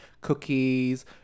cookies